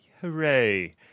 Hooray